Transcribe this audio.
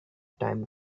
time